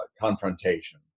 confrontation